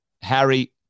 Harry